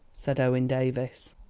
said owen davies.